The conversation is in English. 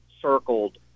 circled